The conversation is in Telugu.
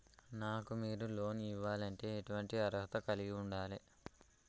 నాకు మీరు లోన్ ఇవ్వాలంటే ఎటువంటి అర్హత కలిగి వుండాలే?